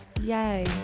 Yay